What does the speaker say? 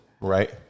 Right